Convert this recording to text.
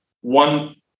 one